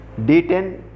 D10